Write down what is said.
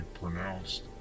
pronounced